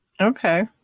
Okay